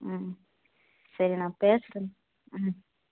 ம் சரி நான் பேசுறேன் ம்